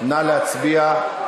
נא להצביע.